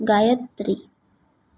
Gayatri